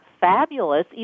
fabulous